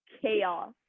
chaos